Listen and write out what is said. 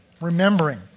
Remembering